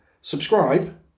Subscribe